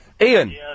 Ian